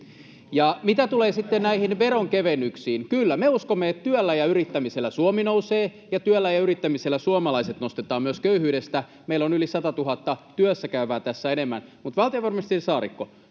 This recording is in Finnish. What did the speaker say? Mitä tulee sitten näihin veronkevennyksiin, niin kyllä, me uskomme, että työllä ja yrittämisellä Suomi nousee ja työllä ja yrittämisellä suomalaiset nostetaan myös köyhyydestä. Meillä on yli 100 000 työssäkäyvää tässä enemmän. Mutta valtiovarainministeri Saarikko,